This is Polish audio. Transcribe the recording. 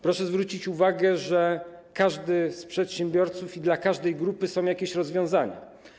Proszę zwrócić uwagę, że dla każdego przedsiębiorcy i dla każdej grupy są jakieś rozwiązania.